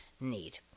need